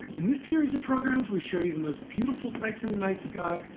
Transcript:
in this series of programs we'll show you the most beautiful sights in the night sky,